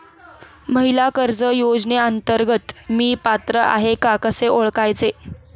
महिला कर्ज योजनेअंतर्गत मी पात्र आहे का कसे ओळखायचे?